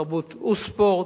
תרבות וספורט,